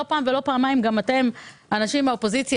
לא פעם ולא פעמיים גם אנשים מן האופוזיציה